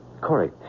Corey